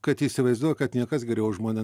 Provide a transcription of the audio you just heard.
kad įsivaizduoja kad niekas geriau už mane